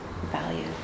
value